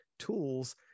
tools